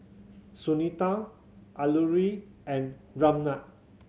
Sunita Alluri and Ramnath